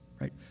right